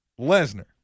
Lesnar